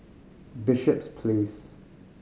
Bishops Place